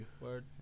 Word